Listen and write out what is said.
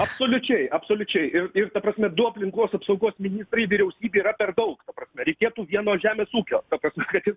absoliučiai absoliučiai ir ir ta prasme du aplinkos apsaugos ministrai vyriausybėj yra per daug ta prasme reikėtų vieno žemės ūkio ta prasme kad jis